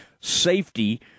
safety